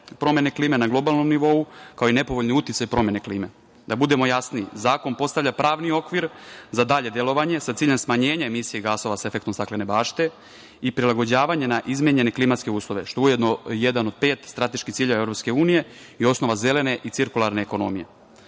promene klime na globalnom nivou, kao i nepovoljni uticaji promene klime. Da budemo jasniji, zakon postavlja pravni okvir za dalje delovanje sa ciljem smanjenja emisije gasova sa efektom staklene bašte i prilagođavanje na izmenjene klimatske uslove, što je ujedno jedan od pet strateških ciljeva Evropske unije i osnova zelene i cirkularne ekonomije. Takođe,